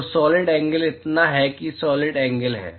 तो solid angle इतना है कि सॉलिड एंगल है